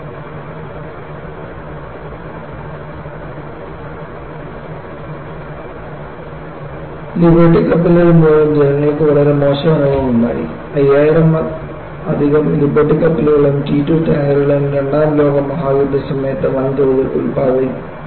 liberty കപ്പൽ പരാജയത്തെ പറ്റിയുള്ള ചർച്ച ലിബർട്ടി കപ്പലുകൾ മൂലം ജനങ്ങൾക്ക് വളരെ മോശം അനുഭവം ഉണ്ടായി 5000 ലധികം ലിബർട്ടി കപ്പലുകളും T 2 ടാങ്കറുകളും രണ്ടാം ലോകമഹായുദ്ധസമയത്ത് വൻതോതിൽ ഉൽപാദിപ്പിക്കപ്പെട്ടു